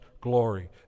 glory